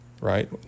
right